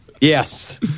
Yes